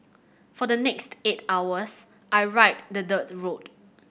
for the next eight hours I ride the dirt road